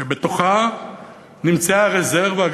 ובתוכה נמצאה רזרבה.